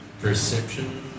perception